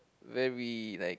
very like